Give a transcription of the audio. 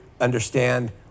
understand